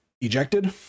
ejected